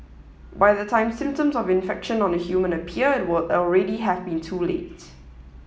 by the time symptoms of infection on a human appear it would already have been too late